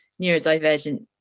neurodivergent